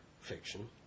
fiction